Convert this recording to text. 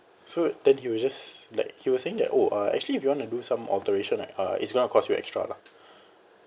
so then he was just like he was saying that oh uh actually if you want to do some alteration right uh it's going to cost you extra lah